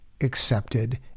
accepted